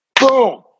boom